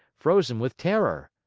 frozen with terror.